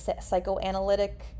psychoanalytic